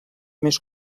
més